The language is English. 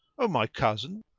o my cousin,